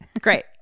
Great